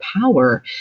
power